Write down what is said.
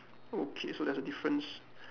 okay so that's a difference